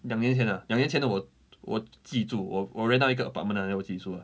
两年前 ah 两年前的我我自己住我我 rent out 一个 apartment ah then 我自己住 ah